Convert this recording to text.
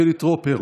חילי טרופר,